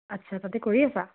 আচ্ছা তাতে কৰি আছা